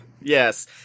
yes